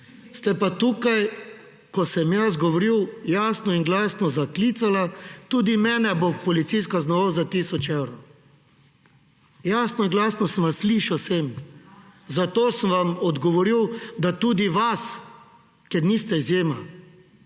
Ste pa tukaj, ko sem govoril jasno in glasno zaklicali: »Tudi mene bo policist kaznoval za tisoč evrov.« Jasno in glasno sem vas slišal sem, zato sem vam odgovoril, da tudi vas, ker niste izjema,